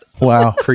Wow